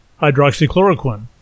hydroxychloroquine